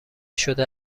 شده